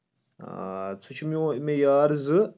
آ سُہ چھُ میو مےٚ یار زٕ